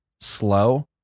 slow